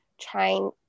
trying